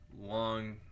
long